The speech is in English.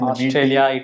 Australia